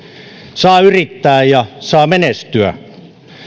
saa yrittää ja saa menestyä